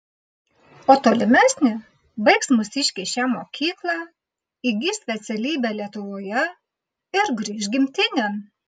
o tolimesnė baigs mūsiškiai šią mokyklą įgis specialybę lietuvoje ir grįš gimtinėn